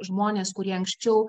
žmonės kurie anksčiau